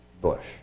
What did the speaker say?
bush